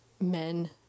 men